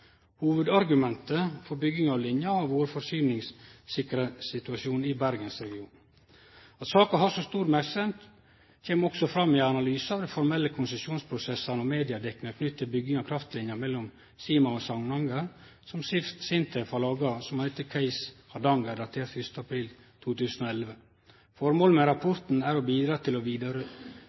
Hovudargumentet for bygging av linja har vore forsyningssikkerheitssituasjonen i Bergensregionen. At saka har hatt så stor merksemd, kjem også fram i ein analyse av den formelle konsesjonsprosessen og mediedekninga knytt til bygging av kraftlinja mellom Sima og Samnanger som SINTEF har laga, som heiter Case Hardanger og er datert 1. april 2011. Formålet med rapporten er å bidra til å